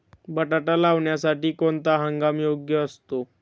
बटाटा लावण्यासाठी कोणता हंगाम योग्य असतो?